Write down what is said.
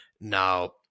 Now